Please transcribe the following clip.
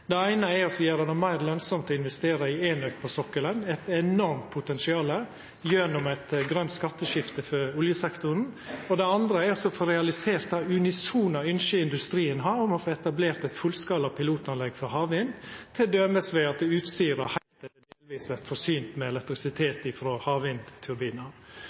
Det eine er å gjera det meir lønsamt å investera i enøk på sokkelen – eit enormt potensial – gjennom eit grønt skatteskifte for oljesektoren. Det andre er å få realisert dei unisone ynska industrien har om å få etablert eit fullskala pilotanlegg for havvind, t.d. ved at Utsirahøgda heilt eller delvis vert forsynt med